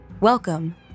Welcome